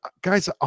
guys